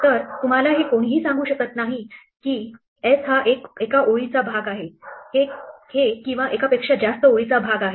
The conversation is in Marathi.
तर तुम्हाला हे कोणीही सांगू शकत नाही ही की s हा एका ओळी चा भाग आहे हे किंवा एकापेक्षा जास्त ओळीचा भाग आहे